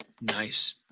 Nice